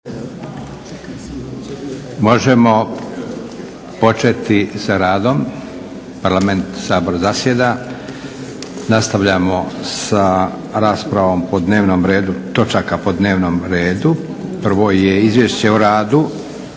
Možemo početi sa radom. Sabor zasjeda. Nastavljamo sa raspravom po dnevnom redu, točaka po dnevnom redu. Prvo je - Izvješće o radu